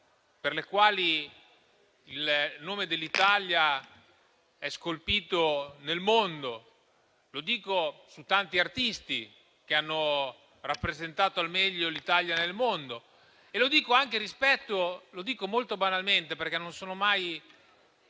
per le quali il nome dell'Italia è scolpito nel mondo. Lo dico per tanti artisti che hanno rappresentato al meglio l'Italia nel mondo. Lo dico, molto banalmente, perché non ho mai